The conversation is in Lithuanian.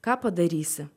ką padarysi